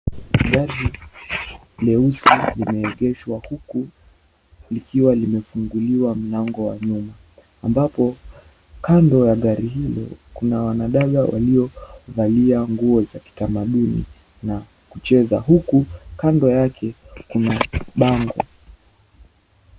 Gari leusi limeegeshwa huku likiwa limefunguliwa mlango wa nyuma ambapo kando ya gari hilo kuna wanadada waliovalia nguo za kitamaduni na kucheza huku kando yake kuna bango.